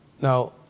Now